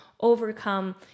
overcome